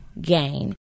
gain